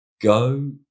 go